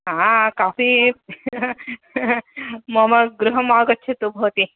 हा काफ़ी मम गृहम् आगच्छतु भवती